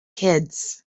kids